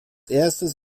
erstes